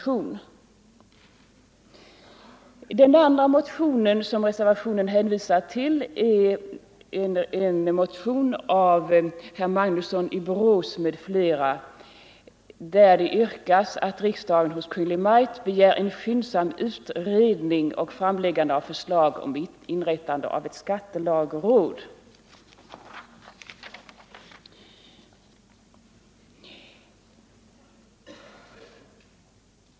I den andra motionen som reservationen hänvisar till, av herr Magnusson i Borås m.fl., hemställs att riksdagen hos Kungl. Maj:t begär en skyndsam utredning och framläggande av förslag om inrättande av ett skattelagråd.